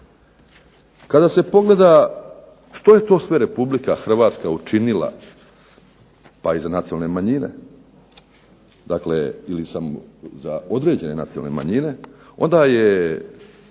kada se pogleda što je to sve Republike Hrvatska učinila pa i za nacionalne manjine, pa i za određene nacionalne manjine, onda je